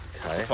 Okay